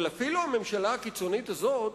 אבל אפילו הממשלה הקיצונית הזאת